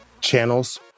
channels